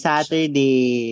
Saturday